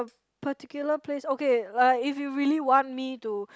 particular place okay uh if you really want me to